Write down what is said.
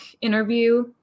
interview